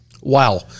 Wow